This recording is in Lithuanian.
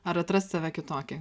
ar atrast save kitokia